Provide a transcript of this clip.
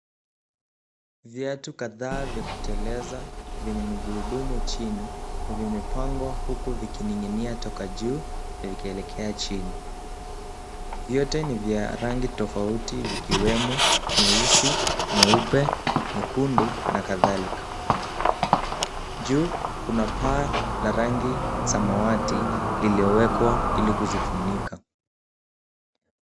Viatu kadhaa vya kuteleza vyenye magurudumu chini vimepangwa huku vikining'inia toka juu vikielekea chini. Vyote ni vya rangi tofauti vikiwemo nyeusi, nyeupe, nyekundu na kadhalika. Juu kuna paa la rangi samawati lililowekwa ili kuzifunika.